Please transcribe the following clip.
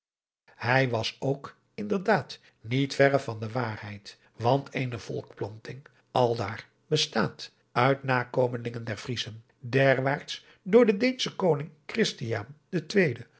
hij was ook in der daad niet verre van de waarheid want eene adriaan loosjes pzn het leven van johannes wouter blommesteyn volkplanting aldaar bestaat uit nakomelingen der vriezen derwaarts door den deenschen koning christiaan den